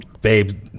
babe